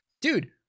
dude